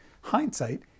hindsight